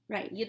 Right